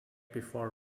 before